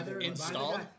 Installed